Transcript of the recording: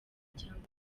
cyangwa